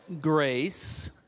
grace